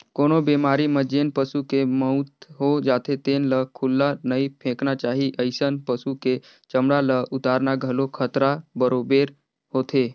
कोनो बेमारी म जेन पसू के मउत हो जाथे तेन ल खुल्ला नइ फेकना चाही, अइसन पसु के चमड़ा ल उतारना घलो खतरा बरोबेर होथे